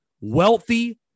wealthy